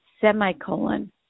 semicolon